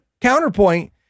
counterpoint